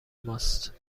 ماست